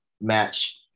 match